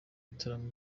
ibitaramo